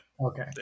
Okay